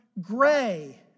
gray